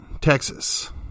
texas